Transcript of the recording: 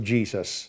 Jesus